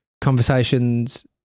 conversations